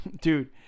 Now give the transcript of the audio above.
Dude